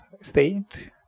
state